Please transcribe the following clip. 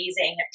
amazing